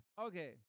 Okay